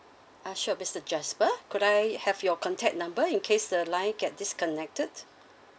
uh sure mister jasper could I have your contact number in case the line get disconnected